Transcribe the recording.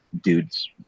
dude's